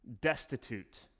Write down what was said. destitute